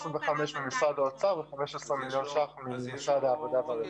25 מיליון ממשרד האוצר ו-15 מיליון ממשרד העבודה והרווחה.